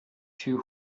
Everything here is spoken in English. two